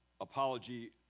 apology